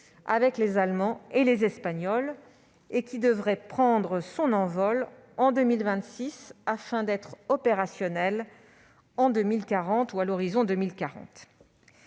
avec les Allemands et les Espagnols. Celui-ci devrait prendre son envol en 2026, pour être opérationnel à l'horizon 2040.